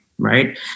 right